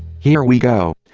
here we go!